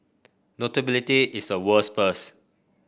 notability is a world's first